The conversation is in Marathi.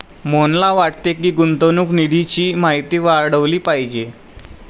मोहनला वाटते की, गुंतवणूक निधीची माहिती वाढवली पाहिजे